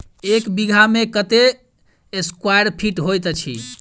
एक बीघा मे कत्ते स्क्वायर फीट होइत अछि?